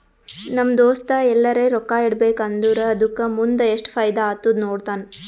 ನಮ್ ದೋಸ್ತ ಎಲ್ಲರೆ ರೊಕ್ಕಾ ಇಡಬೇಕ ಅಂದುರ್ ಅದುಕ್ಕ ಮುಂದ್ ಎಸ್ಟ್ ಫೈದಾ ಆತ್ತುದ ನೋಡ್ತಾನ್